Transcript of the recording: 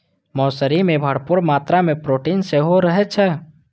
मौसरी मे भरपूर मात्रा मे प्रोटीन सेहो रहै छै